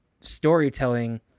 storytelling